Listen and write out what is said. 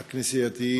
הכנסייתיים.